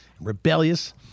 rebellious